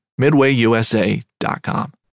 MidwayUSA.com